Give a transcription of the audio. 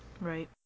Right